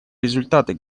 результаты